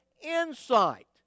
insight